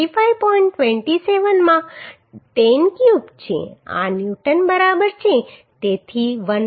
27 માં 10 ક્યુબ છે આ ન્યુટન બરાબર છે તેથી 1